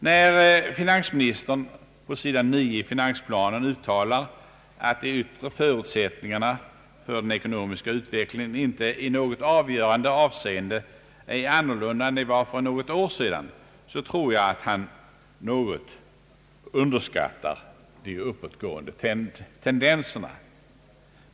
När finansministern på s. 9 i finansplanen uttalar, att de yttre förutsättningarna för den ekonomiska utvecklingen inte i något avgörande avseende är annorlunda än de var för ett år sedan, tror jag att han något underskattar de uppåtgående tendenserna.